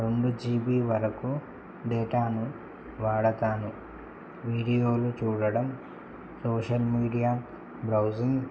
రెండు జీబీ వరకు డేటాను వాడతాను వీడియోలు చూడడం సోషల్ మీడియా బ్రౌజింగ్